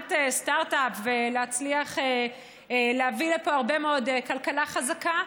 אומת סטרטאפ ולהצליח להביא לפה הרבה מאוד כלכלה חזקה.